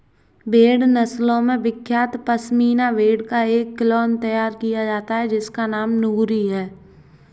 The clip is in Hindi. भेड़ नस्लों में विख्यात पश्मीना भेड़ का एक क्लोन तैयार किया गया है जिसका नाम नूरी है